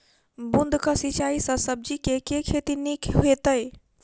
बूंद कऽ सिंचाई सँ सब्जी केँ के खेती नीक हेतइ?